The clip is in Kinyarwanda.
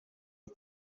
nta